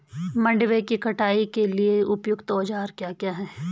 मंडवे की कटाई के लिए उपयुक्त औज़ार क्या क्या हैं?